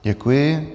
Děkuji.